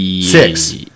Six